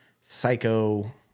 psycho